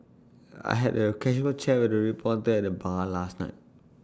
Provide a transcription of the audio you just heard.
I had A casual chat with A reporter at the bar last night